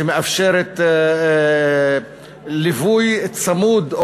והיא מאפשרת ליווי צמוד,